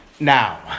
now